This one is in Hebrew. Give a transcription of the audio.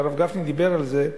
הרב גפני דיבר על זה,